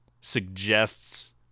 suggests